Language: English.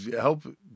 help